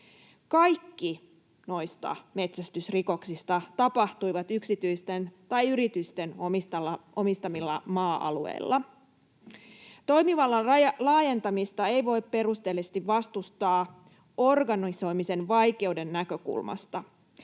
Kaikki noista metsästysrikoksista tapahtuivat yksityisten tai yritysten omistamilla maa-alueilla. Toimivallan laajentamista ei voi perustellusti vastustaa organisoimisen vaikeuden näkökulmasta.